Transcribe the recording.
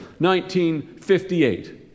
1958